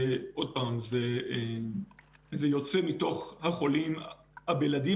זה יוצא מתוך החולים הבלעדיים,